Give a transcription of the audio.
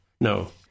No